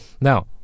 Now